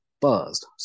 buzzed